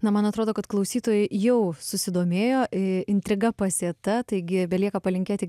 na man atrodo kad klausytojai jau susidomėjo intriga pasėta taigi belieka palinkėti